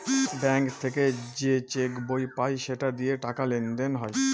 bank থেকে যে cheque বই পায় সেটা দিয়ে টাকা লেনদেন হয়